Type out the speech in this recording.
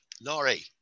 Laurie